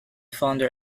founder